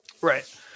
Right